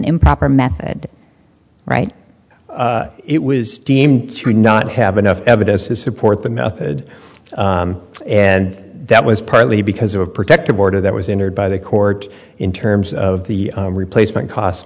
improper method and right it was deemed to not have enough evidence to support the method and that was partly because of a protective order that was entered by the court in terms of the replacement cost